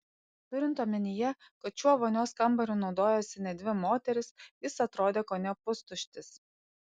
turint omenyje kad šiuo vonios kambariu naudojosi net dvi moterys jis atrodė kone pustuštis